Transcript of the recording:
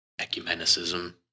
ecumenicism